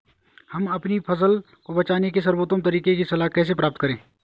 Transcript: हम अपनी फसल को बचाने के सर्वोत्तम तरीके की सलाह कैसे प्राप्त करें?